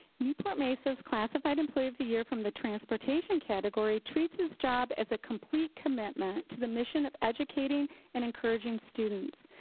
newport-mesa's classified employee of the year from the transportation category treats his job as a complete commitment to the mission of educating and encouraging students.